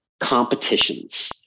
competitions